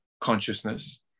consciousness